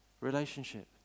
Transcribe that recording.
relationship